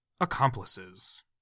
Accomplices